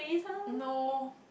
no